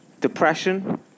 depression